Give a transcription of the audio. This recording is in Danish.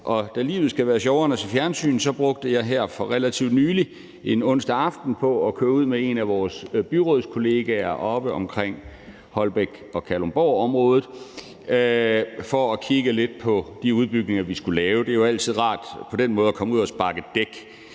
da livet skal være sjovere end at se fjernsyn, brugte jeg her for relativt nylig en onsdag aften på at køre ud med en af vores byrådskollegaer oppe omkring Holbæk-Kalundborg-området for at kigge lidt på de udbygninger, vi skulle lave. Det er jo altid rart på den måde at komme ud at sparke dæk.